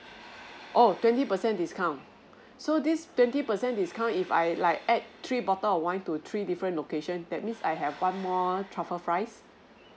oh twenty percent discount so this twenty percent discount if I'd like add three bottle of wine to three different location that means I have one more truffle fries